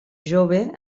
jove